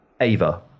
Ava